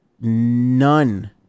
none